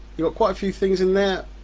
you've got quite a few things in there,